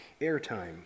airtime